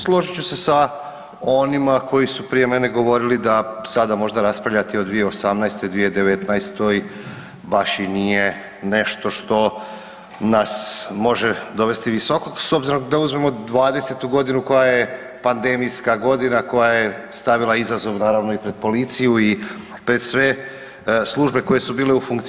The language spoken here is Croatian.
Složit ću se sa onima koji su prije mene govorili da sada možda raspravljati o 2018., 2019. baš i nije nešto što nas može dovesti visoko s obzirom da uzmemo '20.g. koja je pandemijska godina, koja je stavila izazov naravno i pred policiju i pred sve službe koje su bile u funkciji.